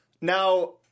Now